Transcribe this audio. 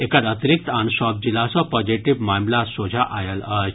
एकर अतिरिक्त आन सभ जिला सँ पॉजिटिव मामिला सोझा आयल अछि